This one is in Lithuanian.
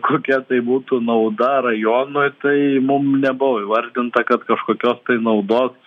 kokia tai būtų nauda rajonui tai mum nebuvo įvardinta kad kažkokios kai naudos